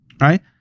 right